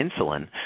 insulin